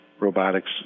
robotics